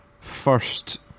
first